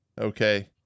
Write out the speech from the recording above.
okay